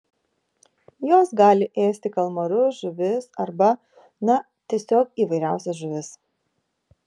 jos gali ėsti kalmarus žuvis arba na tiesiog įvairiausias žuvis